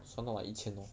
算到来一千 lor